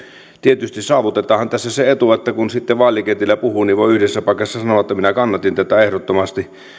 tietysti saavutetaanhan tässä se etu että kun sitten vaalikentillä puhuu niin voi yhdessä paikassa sanoa että minä kannatin tätä